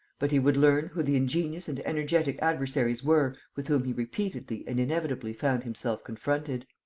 but he would learn who the ingenious and energetic adversaries were with whom he repeatedly and inevitably found himself confronted.